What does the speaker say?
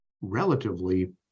Relatively